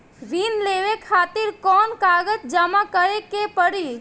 ऋण लेवे खातिर कौन कागज जमा करे के पड़ी?